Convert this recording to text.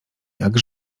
jak